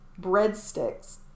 breadsticks